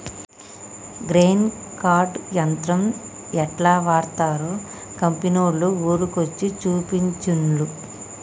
grain cart యంత్రం యెట్లా వాడ్తరో కంపెనోళ్లు ఊర్ల కొచ్చి చూపించిన్లు